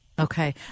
Okay